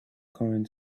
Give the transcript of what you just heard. current